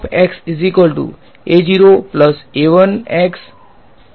N 1 આ N 1 હતું